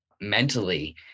mentally